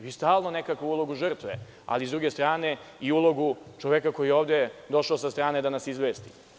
Vi ste stalno u nekoj ulozi žrtve, a sa druge strane i u ulozi čoveka koji je došao sa strane da nas izvesti.